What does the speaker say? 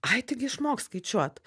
ai taigi išmoks skaičiuot